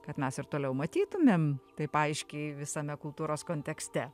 kad mes ir toliau matytumėm taip aiškiai visame kultūros kontekste